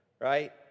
right